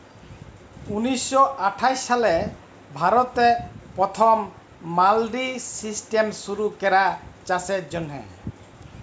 উনিশ শ আঠাশ সালে ভারতে পথম মাল্ডি সিস্টেম শুরু ক্যরা চাষের জ্যনহে